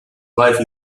life